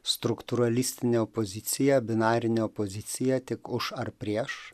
struktūralistinė opozicija binarinė opozicija tik už ar prieš